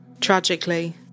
Tragically